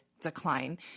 decline